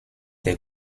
des